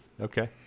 Okay